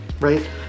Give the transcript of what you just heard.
right